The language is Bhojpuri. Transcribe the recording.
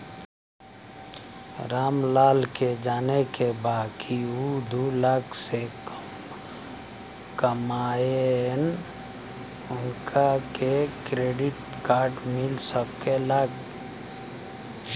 राम लाल के जाने के बा की ऊ दूलाख से कम कमायेन उनका के क्रेडिट कार्ड मिल सके ला?